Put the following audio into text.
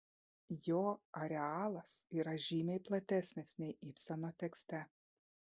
jo arealas yra žymiai platesnis nei ibseno tekste